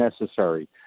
necessary